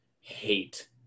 hate